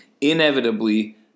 inevitably